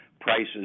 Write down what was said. Prices